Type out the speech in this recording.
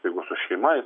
jeigu su šeima jis